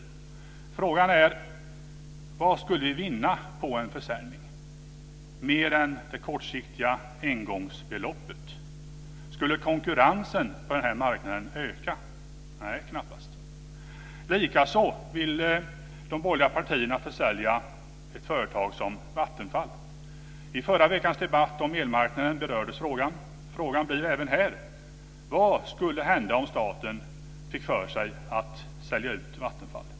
Frågan är vad vi skulle vinna på en försäljning, mer än det kortsiktiga engångsbeloppet. Skulle konkurrensen på denna marknad öka? Nej, knappast. Likaså vill de borgerliga partierna försälja ett företag som Vattenfall. I förra veckans debatt om elmarknaden berördes frågan. Frågan blir även här vad som skulle hända om staten fick för sig att sälja ut Vattenfall.